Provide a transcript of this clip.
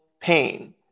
pain